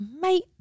mate